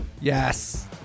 Yes